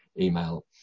email